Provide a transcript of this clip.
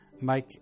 Make